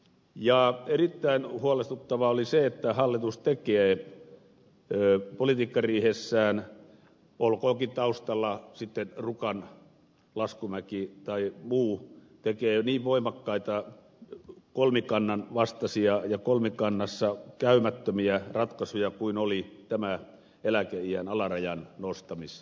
ja erittäin huolestuttavaa oli se että hallitus tekee politiikkariihessään olkoonkin taustalla sitten rukan laskumäki tai muu niin voimakkaita kolmikannan vastaisia ja kolmikannassa käymättömiä ratkaisuja kuin oli tämä eläkeiän alarajan nostamisratkaisu